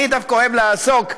אבל אני דווקא אוהב לעסוק בחלק,